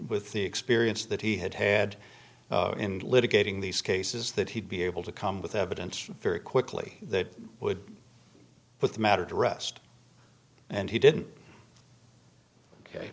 with the experience that he had had in litigating these cases that he'd be able to come with evidence very quickly that would put the matter to rest and he didn't ok